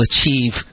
achieve